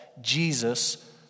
Jesus